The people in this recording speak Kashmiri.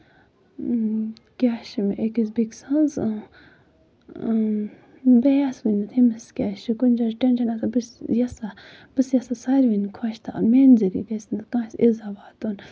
اۭں کیاہ چھُ مےٚ أکِس بیٚکہِ سٕنٛز اۭں بیٚیہِ یَژھوٕے نہٕ تٔمِس کیاہ چھُ کُنہِ جایہِ چھُ ٹٮ۪نشَن آسان بہٕ چھَس یَژھان بہٕ چھَس یَژھان ساروٕنی خۄش تھوٕنۍ میٲنہِ ذٔریعہٕ گژھِ نہٕ کٲنٛسہِ تہِ اِزہ واتُن